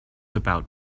about